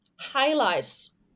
highlights